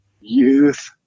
youth